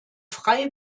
frei